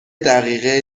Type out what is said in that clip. دقیقه